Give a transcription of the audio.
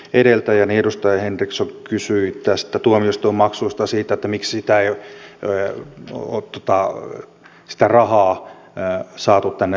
edeltäjäni edustaja henriksson kysyi tuomioistuinmaksuista ja siitä miksi ei ole sitä rahaa saatu tänne omn puolelle